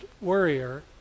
warrior